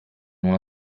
uno